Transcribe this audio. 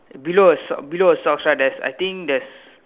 below her socks below her socks right there's I think there's